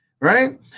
Right